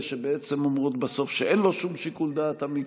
שבעצם אומרות בסוף שאין לו שום שיקול דעת אמיתי.